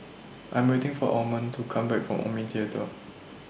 I Am waiting For Almond to Come Back from Omni Theatre